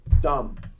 Dumb